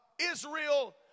Israel